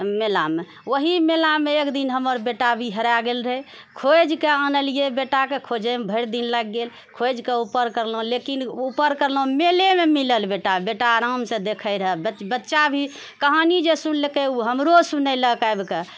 मेला मे ओहि मेलामे एक दिन हमर बेटा भी हेराए गेल रहए खोजिके अनलिऐ बेटाके खोजएमे भरि दिन लागि गेल खोजिके ऊपर करिलहुँ लेकिन ऊपर करिलहुँ मेलेमे मिलल बेटा बेटा आरामसँ देखै रहऽ बच बच्चा भी कहानी जे सुनलकै ओ हमरो सुनेलक आबि कऽ